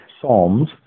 Psalms